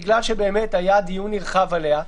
בגלל שהיה דיון נרחב עליה,